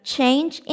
Change